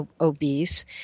obese